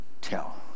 tell